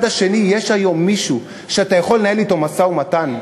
השני יש היום מישהו שאתה יכול לנהל אתו משא-ומתן?